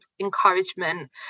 encouragement